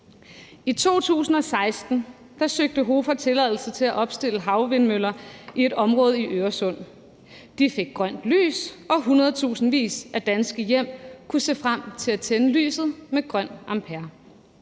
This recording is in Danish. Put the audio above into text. I 2016 søgte HOFOR tilladelse til at opstille havvindmøller i et område i Øresund. De fik grønt lys, og hundredtusindvis af danske hjem kunne se frem til at tænde lyset med grøn ampere.